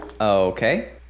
Okay